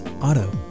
Auto